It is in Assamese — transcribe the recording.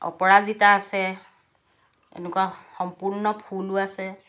অপৰাজিতা আছে এনেকুৱা সম্পূৰ্ণ ফুলো আছে